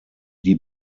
die